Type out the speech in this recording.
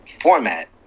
format